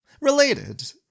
related